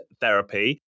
Therapy